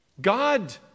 God